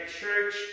church